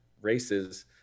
races